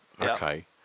okay